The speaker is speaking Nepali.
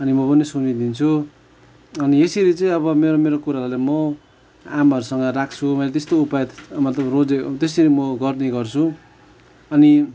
अनि म पनि सुनिदिन्छु अनि यसरी चाहिँ अब मेरो मेरो कुरालाई म आमाहरूसँग राख्छु मैले त्यस्तो उपाय त मतलब रोजेको त्यसरी म गर्ने गर्छु अनि